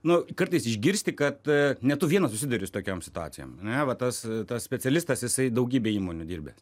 nu kartais išgirsti kad ne tu viena susiduri su tokiom situacijom ane va tas tas specialistas jisai daugybėj įmonių dirbęs